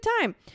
time